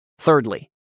Thirdly